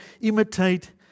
imitate